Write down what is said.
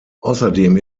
außerdem